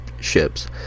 ships